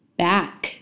back